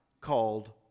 called